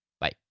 Bye